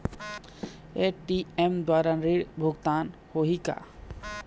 ATM द्वारा ऋण भुगतान होही का?